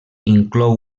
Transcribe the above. inclou